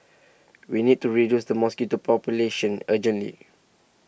we need to reduce the mosquito population urgently